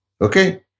Okay